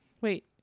wait